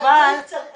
גם ניסיון